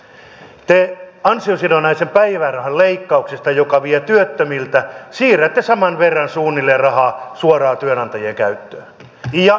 te siirrätte ansiosidonnaisen päivärahan leikkauksista jotka vievät työttömiltä saman verran suunnilleen rahaa suoraan työnantajien käyttöön ja ehdoitta